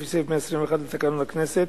לפי סעיף 121 לתקנון הכנסת.